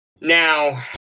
Now